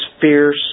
fierce